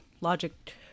logic